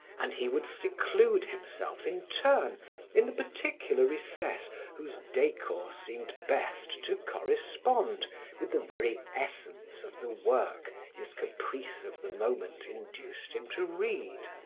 and he would seclude himself in turn in the particular recess whose decor seemed best to correspond with the very essence of the work his caprice of the moment induced him to read.